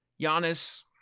Giannis